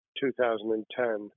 2010